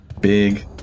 Big